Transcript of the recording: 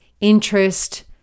interest